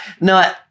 No